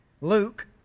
Luke